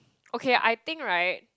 okay I think right